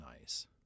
nice